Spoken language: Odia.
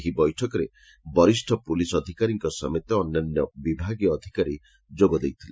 ଏହି ବୈଠକରେ ବରିଷ ପୁଲିସ ଅଧିକାରୀଙ୍କ ସମେତ ଅନ୍ୟାନ୍ୟ ବିଭାଗୀୟ ଅଧିକାରୀ ଯୋଗଦେଇଥିଲେ